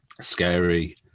scary